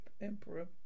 Emperor